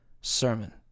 sermon